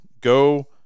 go